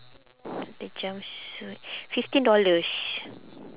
the jumpsuit fifteen dollars